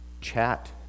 chat